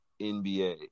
NBA